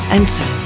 enter